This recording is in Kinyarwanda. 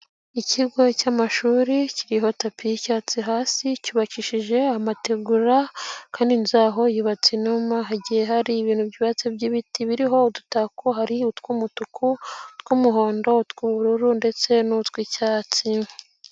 Ikigo cy'amashuri kiriho tapi y'icyatsi hasi, cyubakishije amategura kandi inzu yaho yubatse inuma, hagiye hari ibintu byubatse by'ibiti biriho udutako hari utw'umutuku, utw'umuhondo, tw'ubururu ndetse n'utw'icyatsi.